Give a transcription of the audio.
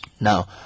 Now